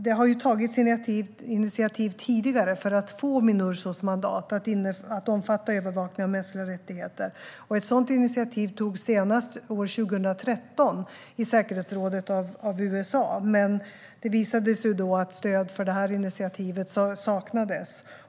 Det har ju tagits initiativ tidigare för att få Minursos mandat att omfatta övervakning av mänskliga rättigheter. Ett sådant initiativ togs senast år 2013 i säkerhetsrådet av USA, men det visade sig att stöd för det initiativet saknades.